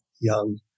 young